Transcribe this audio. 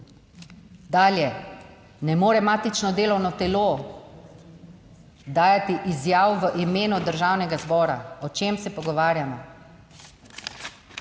Dalje. Ne more matično delovno telo dajati izjav v imenu Državnega zbora. O čem se pogovarjamo.